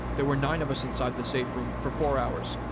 there were nine of us inside the safe room for four hours.